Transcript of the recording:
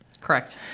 Correct